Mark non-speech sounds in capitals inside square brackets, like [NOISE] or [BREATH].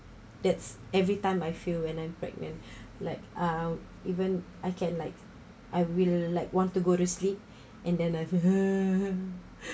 that's every time I feel when I'm pregnant [BREATH] like uh even I can like I will like want to go to sleep and then I [NOISE]